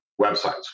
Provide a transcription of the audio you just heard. websites